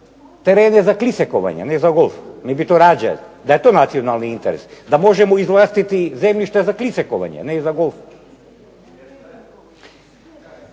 terene za klisekovanje a ne za golf. Mi bi to radije, da je to nacionalni interes, da možemo izvlastiti zemljišta za klisekovanje, a ne za golf.